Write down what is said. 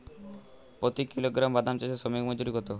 প্রতি কিলোগ্রাম বাদাম চাষে শ্রমিক মজুরি কত?